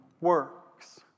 works